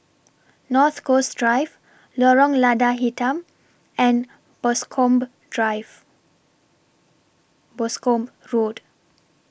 North Coast Drive Lorong Lada Hitam and Boscombe Drive Boscombe Road